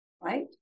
right